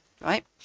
right